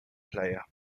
player